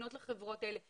לפנות לחברות האלה,